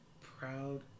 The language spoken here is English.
proud